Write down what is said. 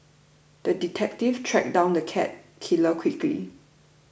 the detective tracked down the cat killer quickly